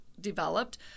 developed